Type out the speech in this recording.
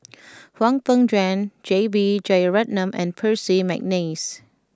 Hwang Peng Yuan J B Jeyaretnam and Percy McNeice